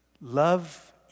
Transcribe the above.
Love